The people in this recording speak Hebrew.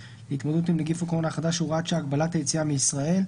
להתמודדות עם נגיף הקורונה החדש (הוראת שעה) (הגבלת היציאה מישראל),